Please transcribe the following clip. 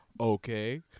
Okay